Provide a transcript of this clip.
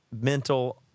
mental